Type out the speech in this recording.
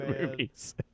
movies